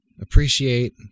appreciate